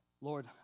Lord